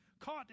caught